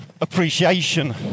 appreciation